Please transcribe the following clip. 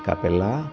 Capela